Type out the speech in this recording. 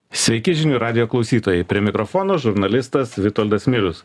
sveiki žinių radijo klausytojai prie mikrofono žurnalistas vitoldas milius